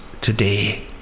today